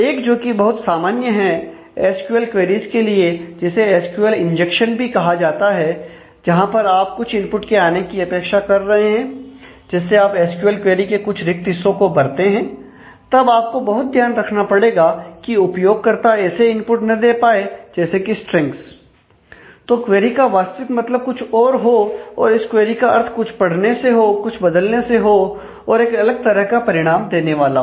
एक जो कि बहुत सामान्य है एसक्यूएल क्वेरीज के लिए जिसे एसक्यूएल इंजेक्शन तो क्वेरी का वास्तविक मतलब कुछ और हो और इस क्वेरी का अर्थ कुछ पढ़ने से हो कुछ बदलने से हो और एक अलग तरह का परिणाम देने वाला हो